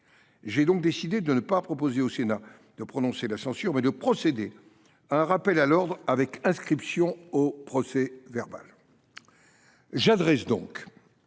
j’ai donc décidé de ne pas proposer au Sénat de prononcer la censure, mais de procéder à un rappel à l’ordre avec inscription au procès verbal. J’adresse donc